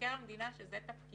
שמבקר המדינה, שזה תפקידו